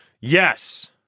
Yes